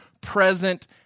present